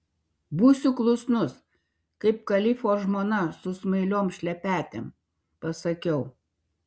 būsiu klusnus kaip kalifo žmona su smailiom šlepetėm pasakiau